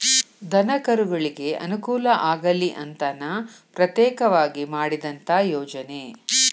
ದನಕರುಗಳಿಗೆ ಅನುಕೂಲ ಆಗಲಿ ಅಂತನ ಪ್ರತ್ಯೇಕವಾಗಿ ಮಾಡಿದಂತ ಯೋಜನೆ